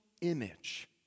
image